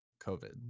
COVID